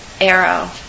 arrow